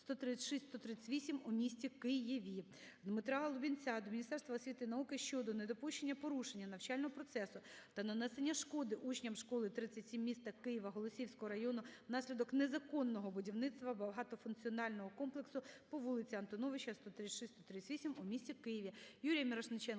136-138 у місті Києві". ДмитраЛубінця до Міністерства освіти і науки щодо недопущення порушення навчального процесу та нанесення шкоди учням школи № 37 міста Києва Голосіївського району внаслідок незаконного будівництва багатофункціонального комплексу по вулиці Антоновича, 136-138 у місті Києві.